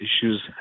issues